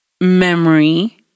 memory